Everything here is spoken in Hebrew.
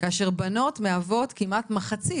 כאשר בנות מהוות כמעט מחצית,